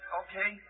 okay